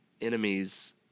enemies